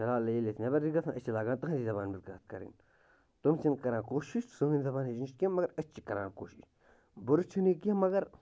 فِلحال ییٚلہِ أسۍ نٮ۪بَر چھِ گژھان أسۍ چھِ لاگان تُہٕنٛز زَبان پٲٹھۍ کَتھ کَرٕنۍ تِم چھِنہٕ کَران کوٗشِش سٲنۍ زَبان ہیٚچھنٕچ کینٛہہ مگر أسۍ چھِ کَران کوٗسِش بُرٕ چھُنہٕ یہِ کیٚنٛہہ مگر